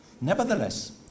Nevertheless